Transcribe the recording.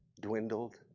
dwindled